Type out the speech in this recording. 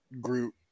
Groot